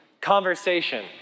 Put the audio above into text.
conversation